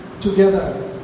together